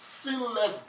sinless